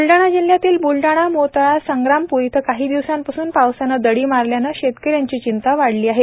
ब्लडाणा जिल्ह्यातील ब्लडाणा मोताळा संग्रामप्र इथे काही दिवसापासून पावसाने दडी मारल्याने शेतकरी चिंतेत सापडला आहे